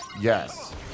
Yes